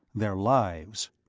their lives!